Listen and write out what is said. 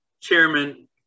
Chairman